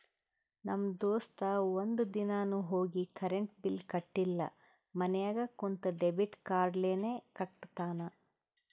ನಮ್ ದೋಸ್ತ ಒಂದ್ ದಿನಾನು ಹೋಗಿ ಕರೆಂಟ್ ಬಿಲ್ ಕಟ್ಟಿಲ ಮನ್ಯಾಗ ಕುಂತ ಡೆಬಿಟ್ ಕಾರ್ಡ್ಲೇನೆ ಕಟ್ಟತ್ತಾನ್